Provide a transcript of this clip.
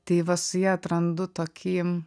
tai va su ja atrandu tokį